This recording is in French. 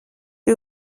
eux